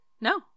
No